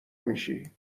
میشی